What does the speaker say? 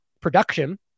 production